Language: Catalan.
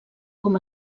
com